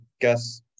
gas